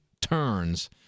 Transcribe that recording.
turns